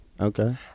Okay